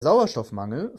sauerstoffmangel